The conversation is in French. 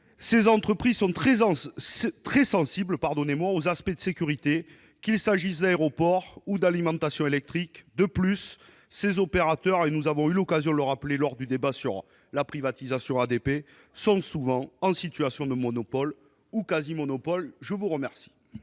ces sociétés sont très sensibles aux aspects de sécurité, qu'il s'agisse d'aéroports ou d'alimentation électrique. De plus, ces opérateurs, nous avons eu l'occasion de le rappeler lors du débat sut la privatisation d'ADP, sont souvent en situation de monopole ou de quasi-monopole. La parole